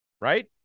Right